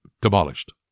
demolished